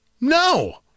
No